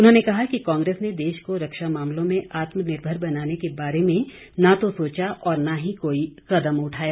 उन्होंने कहा कि कांग्रेस ने देश को रक्षा मामलों में आत्मनिर्भर बनाने के बारे में न तो सोचा और न ही कोई कदम उठाया